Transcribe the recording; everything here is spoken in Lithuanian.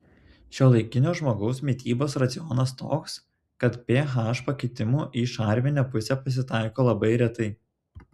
šiuolaikinio žmogaus mitybos racionas toks kad ph pakitimų į šarminę pusę pasitaiko labai retai